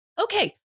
Okay